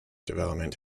development